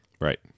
Right